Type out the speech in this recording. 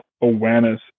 awareness